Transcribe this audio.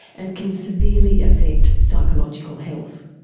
and can severely affect psychological health.